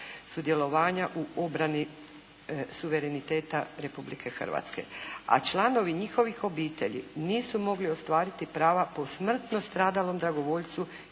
sudjelovanja u obrani suvereniteta Republike Hrvatske a članovi njihovih obitelji nisu mogli ostvariti prava po smrtno stradalom dragovoljcu